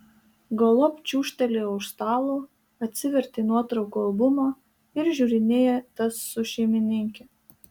galop čiūžtelėjo už stalo atsivertė nuotraukų albumą ir žiūrinėja tas su šeimininke